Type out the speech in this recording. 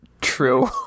True